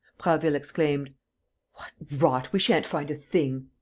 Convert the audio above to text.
prasville exclaimed what rot! we shan't find a thing!